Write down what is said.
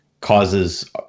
causes